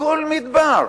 הכול מדבר.